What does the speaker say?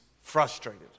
frustrated